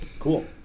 Cool